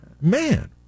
Man